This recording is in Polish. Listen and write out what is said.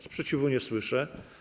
Sprzeciwu nie słyszę.